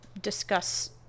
discuss